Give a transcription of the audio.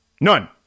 None